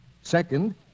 Second